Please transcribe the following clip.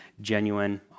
genuine